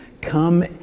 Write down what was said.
come